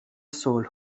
صلح